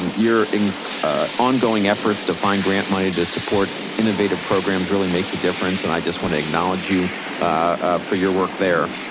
and your ongoing efforts to find grant money to support innovative programs really makes a difference and i just wanna acknowledge you for your work there.